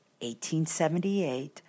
1878